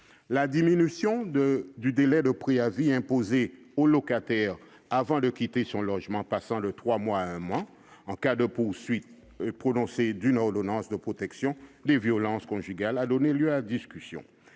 La diminution du délai de préavis imposé au locataire avant de quitter son logement- il passe de trois à un mois -en cas de poursuite ou de prononcé d'une ordonnance de protection pour violences conjugales a donné lieu à discussion.